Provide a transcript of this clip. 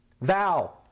Thou